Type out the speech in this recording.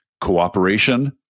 cooperation